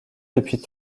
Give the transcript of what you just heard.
depuis